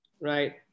right